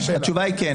התשובה היא כן.